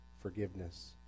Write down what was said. forgiveness